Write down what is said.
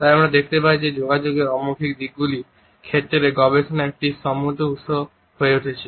তাই আমরা দেখতে পাই যে যোগাযোগের অমৌখিক দিকগুলির ক্ষেত্রে গবেষণা একটি সমৃদ্ধ উত্স হয়ে উঠেছে